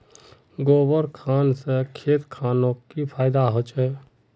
गोबर खान से खेत खानोक की फायदा होछै?